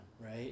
right